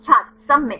छात्र सममित